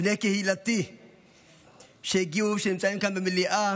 בני קהילתי שנמצאים כאן במליאה